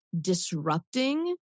disrupting